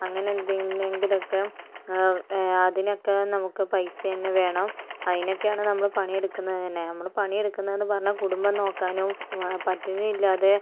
അങ്ങനെ എന്തിനെങ്കിലുമൊക്കെ അതിനൊക്കെ നമുക്ക് പൈസ തന്നെ വേണം അതിനൊക്കെയാണ് നമ്മൾ പണി എടുക്കുന്നത് തന്നെ നമ്മൾ പണി എടുക്കുന്നതെന്ന് പറഞ്ഞാൽ കുടുംബം നോക്കാനോ പട്ടിണി ഇല്ലാതെ